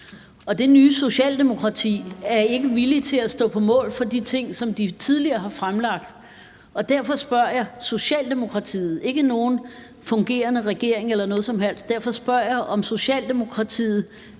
og det nye Socialdemokrati er ikke villige til at stå på mål for de ting, som man tidligere har fremlagt. Og derfor spørger jeg, om Socialdemokratiet – ikke nogen fungerende regering eller noget som helst – der er valgt til det